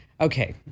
Okay